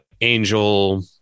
Angel